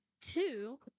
two